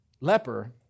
leper